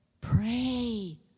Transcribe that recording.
pray